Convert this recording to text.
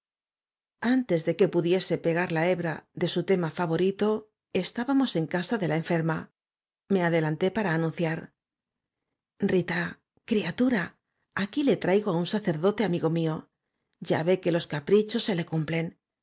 antes de que pudiese pegar la hebra de su tema favorito estábamos en casa de la enferma me adelanté para anunciar rita criatura aquí le traigo á un sacerdote amigo mío ya ve que los caprichos se le cumplen